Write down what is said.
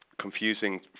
confusing